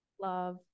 Love